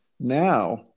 Now